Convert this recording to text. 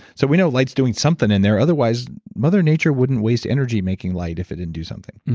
so we know light's doing something in there otherwise mother nature wouldn't waste energy making light if it didn't do something.